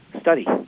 study